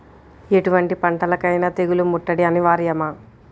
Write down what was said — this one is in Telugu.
ఎటువంటి పంటలకైన తెగులు ముట్టడి అనివార్యమా?